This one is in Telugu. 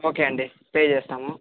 ఓకే అండి పే చేస్తాము